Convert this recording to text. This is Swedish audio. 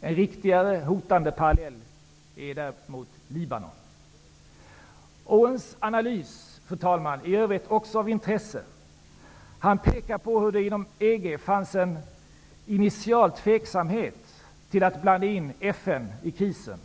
En riktigare parallell är väl då Libanon. David Owens analys, fru talman, är också i övrigt av intresse. Han pekar på hur det inom EG fanns en initial tveksamhet till att blanda in FN i krisen.